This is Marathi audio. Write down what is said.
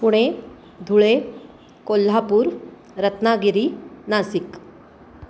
पुणे धुळे कोल्हापूर रत्नागिरी नासिक